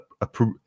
Approve